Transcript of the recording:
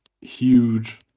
huge